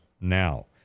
now